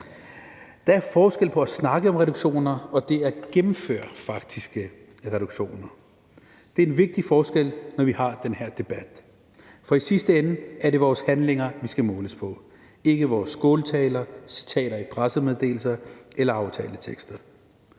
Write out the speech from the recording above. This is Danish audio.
Der er forskel på at snakke om reduktioner og det at gennemføre faktiske reduktioner. Det er en vigtig forskel, når vi har den her debat, for i sidste ende er det vores handlinger, vi skal måles på – ikke vores skåltaler, citater i pressemeddelelser eller aftaletekster.